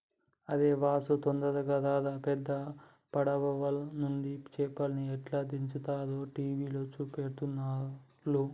అరేయ్ వాసు తొందరగా రారా పెద్ద పడవలనుండి చేపల్ని ఎట్లా దించుతారో టీవీల చూపెడుతుల్ను